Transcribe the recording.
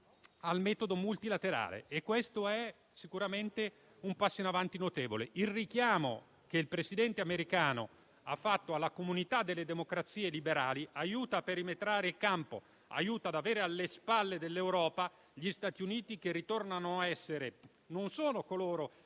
al metodo multilaterale e ciò è sicuramente un passo in avanti notevole. Il richiamo che il Presidente americano ha fatto alla comunità delle democrazie liberali aiuta a perimetrare il campo e avere alle spalle dell'Europa gli Stati Uniti che tornano così a garantire non solo la